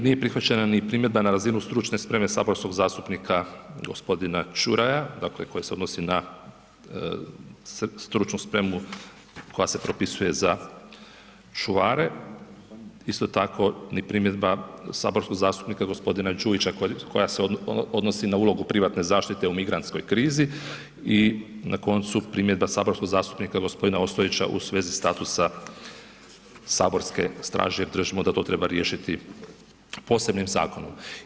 Nije prihvaćena primjedba na razinu stručne spreme saborskog zastupnika g. Čuraja, dakle koji se odnosi na stručnu spremu koja se propisuje za čuvare, isto tako ni primjedba saborskog zastupnika g. Đujića koja se odnosi na ulogu privatne zaštite u migrantskoj krizi i na koncu, primjedba saborskog zastupnika g. Ostojića u svezi statusa saborske straže, držimo da to treba riješiti posebnim zakonom.